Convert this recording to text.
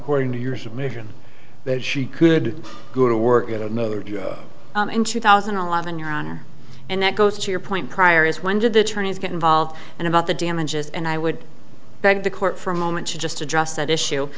according to your submission that she could go to work get another due in two thousand and eleven your honor and that goes to your point prior is when did the attorneys get involved and about the damages and i would beg the court for a moment to just address that issue